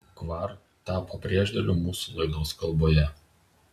kvar tapo priešdėliu mūsų laidos kalboje